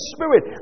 Spirit